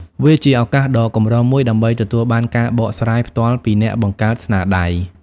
វាជាឱកាសដ៏កម្រមួយដើម្បីទទួលបានការបកស្រាយផ្ទាល់ពីអ្នកបង្កើតស្នាដៃ។